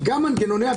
מכיוון שכל שר